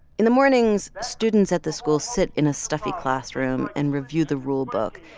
in the mornings, students at the school sit in a stuffy classroom and review the rulebook.